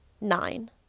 Nine